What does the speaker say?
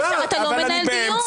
אתה לא מנהל דיון.